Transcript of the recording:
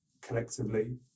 collectively